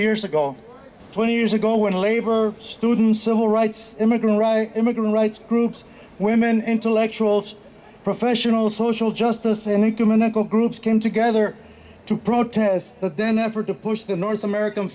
years ago twenty years ago when labor students civil rights immigrant immigrant rights groups women intellectuals professionals social justice and human echo groups came together to protest but then the effort to push the north american